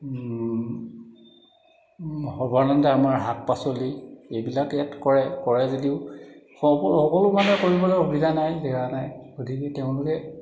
সাধাৰণতে আমাৰ শাক পাচলি এইবিলাক ইয়াত কৰে কৰে যদিও সকলো মানুহে কৰিবলৈ সুবিধা নাই জেগা নাই গতিকে তেওঁলোকে